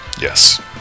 Yes